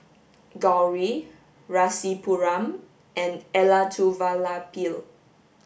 Gauri Rasipuram and Elattuvalapil